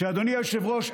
אדוני היושב-ראש,